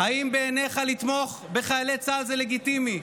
האם בעיניך לתמוך בחיילי צה"ל זה לגיטימי?